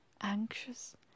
anxious